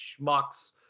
schmucks